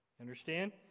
Understand